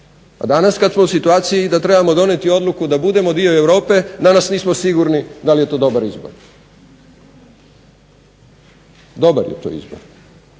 A danas kad smo u situaciji da trebamo donijeti odluku da budemo dio Europe danas nismo sigurni da li je to dobar izbor. Dobar je to izbor,